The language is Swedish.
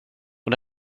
och